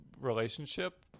relationship